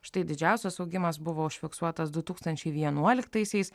štai didžiausias augimas buvo užfiksuotas du tūkstančiai vienuoliktaisiais